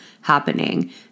happening